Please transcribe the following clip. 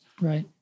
right